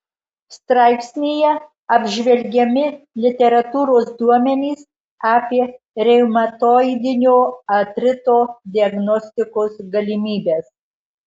straipsnyje apžvelgiami literatūros duomenys apie reumatoidinio artrito diagnostikos galimybes